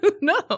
No